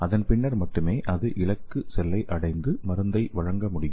அதன் பின்னர் மட்டுமே அது இலக்கு செல்லை அடைந்து மருந்தை வழங்க முடியும்